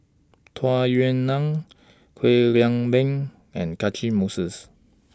Tung Yue Nang Kwek Leng Beng and Catchick Moses